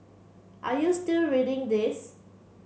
are you still reading this